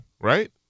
right